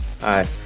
Hi